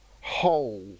whole